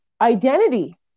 identity